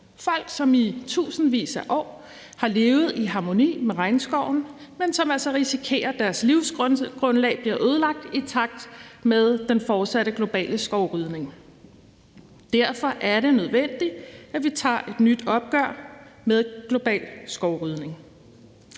folk, som i tusindvis af år har levet i harmoni med regnskoven, men som altså risikerer, at deres livsgrundlag bliver ødelagt i takt med den fortsatte globale skovrydning. Derfor er det nødvendigt, at vi tager et nyt opgør med global skovrydning.